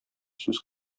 сүз